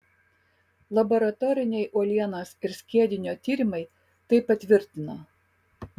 laboratoriniai uolienos ir skiedinio tyrimai tai patvirtino